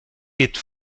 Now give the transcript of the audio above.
geht